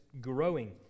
growing